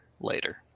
later